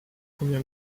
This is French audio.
combien